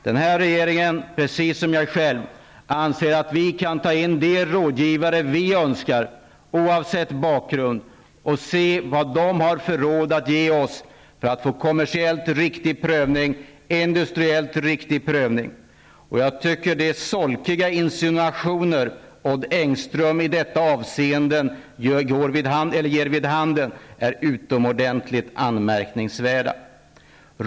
Den nuvarande regeringen, precis som jag själv, anser att vi kan ta in de rådgivare vi önskar, oavsett bakgrund, och höra vad de har för råd att ge oss för att få en kommersiellt riktig prövning, en industriellt riktig prövning. Jag tycker att de solkiga insinuationer som Odd Engström gör i dessa avseenden är utomordentligt anmärkningsvärda.